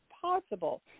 possible